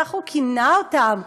כך הוא כינה אותם.